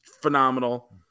phenomenal